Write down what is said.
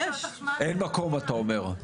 אין מקום אתה אומר?